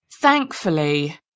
Thankfully